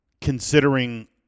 considering